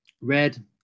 red